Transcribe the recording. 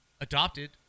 adopted